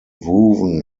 woven